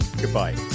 goodbye